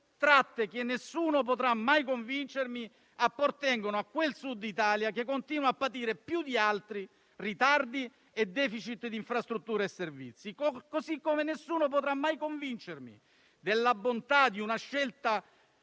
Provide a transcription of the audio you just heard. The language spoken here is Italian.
tratte che nessuno potrà mai convincermi appartengano a quel Sud Italia che continua a patire più di altri ritardi e *deficit* di infrastrutture e servizi. Allo stesso modo, nessuno potrà mai convincermi della bontà di una scelta